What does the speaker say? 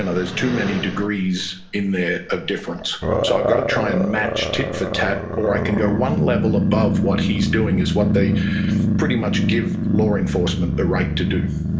and there's too many degrees in there of difference, so i've got to try and match tit for tat, or i can go one level above what he's doing, is what they pretty much give law enforcement the right to do.